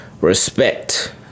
respect